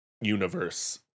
universe